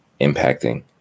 impacting